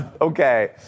Okay